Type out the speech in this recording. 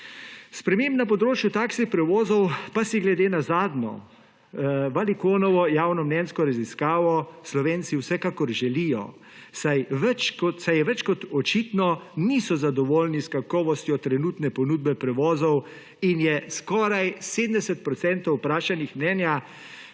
Sprememb na področju taksi prevozov pa si glede na zadnjo Valikonovo javnomnenjsko raziskavo Slovenci vsekakor želijo, saj več kot očitno niso zadovoljni s kakovostjo trenutne ponudbe prevozov in je skoraj 70 5 vprašanih mnenja,